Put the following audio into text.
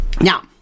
Now